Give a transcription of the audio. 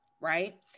right